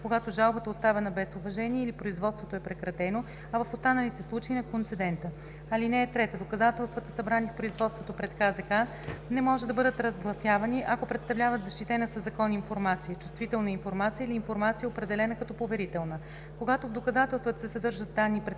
когато жалбата е оставена без уважение или производството е прекратено, а в останалите случаи – на концедента. (3) Доказателствата, събрани в производството пред КЗК, не може да бъдат разгласявани, ако представляват защитена със закон информация, чувствителна информация или информация, определена като поверителна. Когато в доказателствата се съдържат данни, представляващи